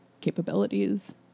capabilities